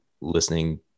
listening